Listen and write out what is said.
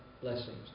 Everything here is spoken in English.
blessings